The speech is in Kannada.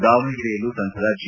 ದಾವಣಗೆರೆಯಲ್ಲೂ ಸಂಸದ ಜಿ